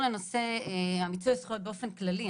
לגבי מיצוי זכויות באופן כללי,